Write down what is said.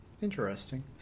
Interesting